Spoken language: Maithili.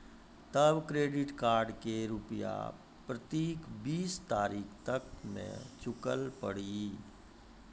तब क्रेडिट कार्ड के रूपिया प्रतीक बीस तारीख तक मे चुकल पड़ी?